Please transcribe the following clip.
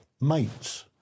mates